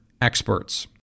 experts